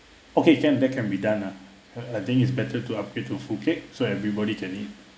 okay can that can be done ah I think is better to upgrade to full cake so everybody can eat